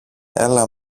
έλα